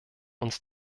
uns